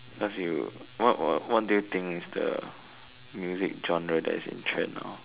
because you what what what do you think is the music genre that is in trend now